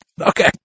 Okay